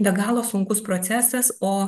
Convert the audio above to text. be galo sunkus procesas o